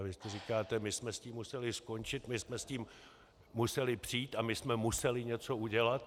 Vy říkáte: my jsme s tím museli skončit, my jsme s tím museli přijít a my jsme museli něco udělat.